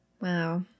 Wow